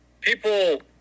people